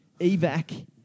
Evac